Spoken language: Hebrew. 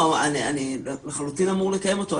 אני לחלוטין אמור לקיים אותו,